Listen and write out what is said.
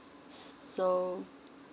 so